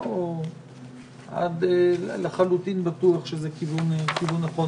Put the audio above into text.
זה לא לחלוטין בטוח שזה כיוון נכון.